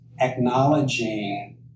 acknowledging